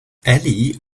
ellie